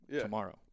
tomorrow